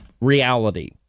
reality